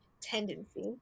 tendency